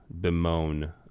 bemoan